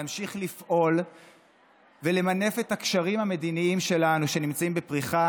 נמשיך לפעול ולמנף את הקשרים המדיניים שלנו שנמצאים בפריחה